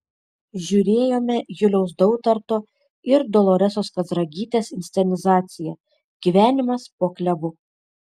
žiūrėjome juliaus dautarto ir doloresos kazragytės inscenizaciją gyvenimas po klevu